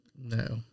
No